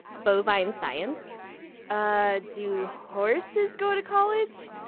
bovine science ah do horses go to college?